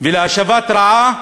ולהשבת רעה